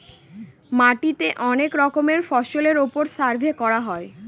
মাটিতে অনেক রকমের ফসলের ওপর সার্ভে করা হয়